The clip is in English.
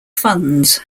funds